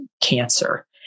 cancer